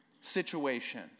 situation